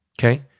okay